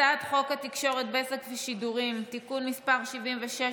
הצעת חוק התקשורת (בזק ושידורים) (תיקון מס' 76)